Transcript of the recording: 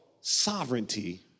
sovereignty